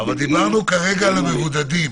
דיברנו על המבודדים.